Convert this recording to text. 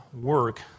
Work